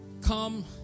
come